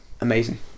Amazing